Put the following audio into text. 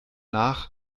nach